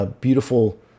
Beautiful